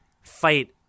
fight